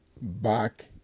back